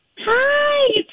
Hi